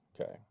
Okay